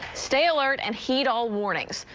stay alert and heed all warnings.